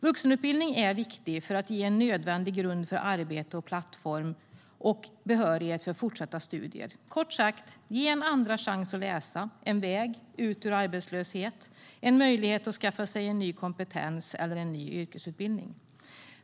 Vuxenutbildningen är viktig för att ge en nödvändig grund för arbete eller plattform och behörighet för fortsatta studier, kort sagt ge en andra chans att läsa, en väg ut ur arbetslöshet, en möjlighet att skaffa sig en ny kompetens eller en ny yrkesutbildning.